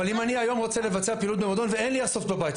אבל אם אני רוצה היום לבצע פעילות במועדון ואין לי איירסופט בבית,